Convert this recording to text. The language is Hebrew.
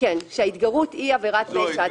כשההתגרות היא עבירת פשע.